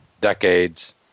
decades